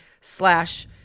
slash –